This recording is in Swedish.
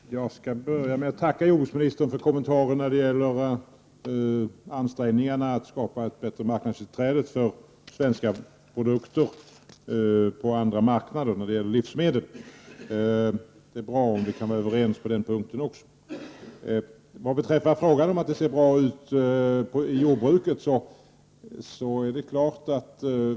Herr talman! Jag skall börja med att tacka jordbruksministern för hans kommentar när det gäller ansträngningarna att skapa ett bättre tillträde för svenska livsmedelsprodukter på andra marknader. Det är bra att vi kan vara överens också på den punkten. Sedan till frågan om huruvida det ser bra ut inom jordbruket.